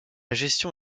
gestion